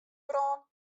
brân